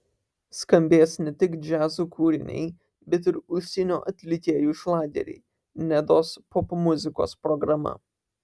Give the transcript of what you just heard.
skambės ne tik džiazo kūriniai bet ir užsienio atlikėjų šlageriai nedos popmuzikos programa